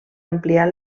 ampliar